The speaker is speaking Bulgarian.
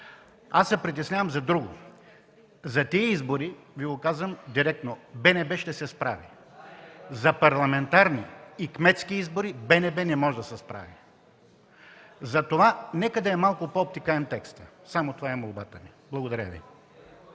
Аз се притеснявам за друго и Ви го казвам – за тези избори БНБ ще се справи. За парламентарни и кметски избори БНБ не може да се справи. Затова нека да е малко по-обтекаем текстът. Само това е молбата ми. Благодаря Ви.